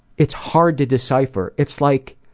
it's hard to decipher. it's like,